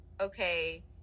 okay